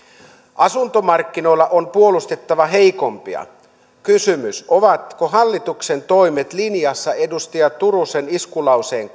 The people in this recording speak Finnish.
asuntomarkkinoilla on puolustettava heikompia kysymys ovatko hallituksen toimet linjassa edustaja turusen iskulauseen